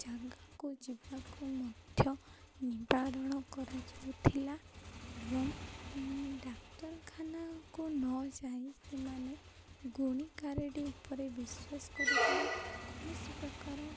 ଜାଗାକୁ ଯିବାକୁ ମଧ୍ୟ ନିବାରଣ କରାଯାଉଥିଲା ଏବଂ ଡାକ୍ତରଖାନାକୁ ନଯାଇ ସେମାନେ ଗୁଣି ଗାରେଡ଼ି ଉପରେ ବିଶ୍ୱାସ କରୁଥିଲେ କୌଣସି ପ୍ରକାର